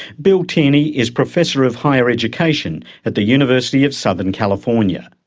bill tierney is professor of higher education at the university of southern california.